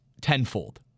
tenfold